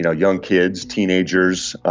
you know young kids, teenagers,